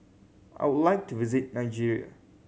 I would like to visit Nigeria